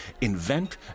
invent